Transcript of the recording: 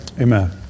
Amen